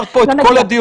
עברת פה את כל הדיונים.